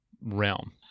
realm